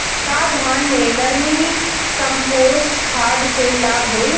का धान में वर्मी कंपोस्ट खाद से लाभ होई?